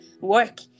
work